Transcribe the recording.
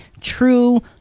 true